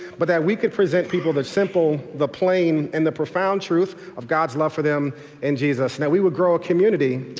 but that we could present people the simple, the plain and the profound truth of god's love for them in jesus. now we would grow a community,